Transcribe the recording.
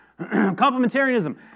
Complementarianism